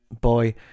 boy